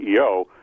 CEO